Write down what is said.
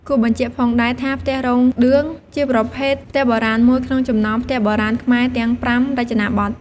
គួរបញ្ជាក់ផងដែរថា ផ្ទះរោងឌឿង ជាប្រភេទផ្ទះបុរាណមួយក្នុងចំណោមផ្ទះបុរាណខ្មែរទាំង៥រចនាបថ។